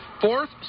Fourth